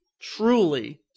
truly